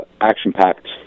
action-packed